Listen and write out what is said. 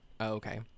Okay